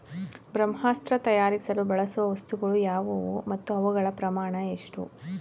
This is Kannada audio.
ಬ್ರಹ್ಮಾಸ್ತ್ರ ತಯಾರಿಸಲು ಬಳಸುವ ವಸ್ತುಗಳು ಯಾವುವು ಮತ್ತು ಅವುಗಳ ಪ್ರಮಾಣ ಎಷ್ಟು?